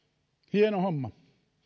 hieno homma